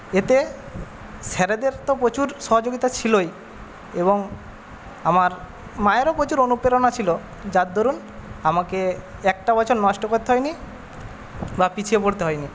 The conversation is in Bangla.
এতে স্যারদের তো প্রচুর সহযোগিতা ছিলই এবং আমার মায়েরও প্রচুর অনুপ্রেরণা ছিল যার দরুণ আমাকে একটা বছর নষ্ট করতে হয়নি বা পিছিয়ে পড়তে হয়নি